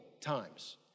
times